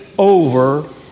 over